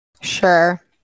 Sure